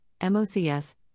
MOCS